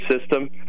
system